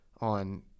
on